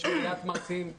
יש מליאת מרצים,